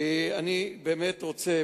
אני באמת רוצה,